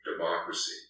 democracy